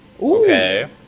Okay